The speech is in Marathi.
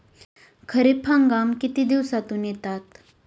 खरीप हंगाम किती दिवसातून येतात?